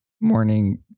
morning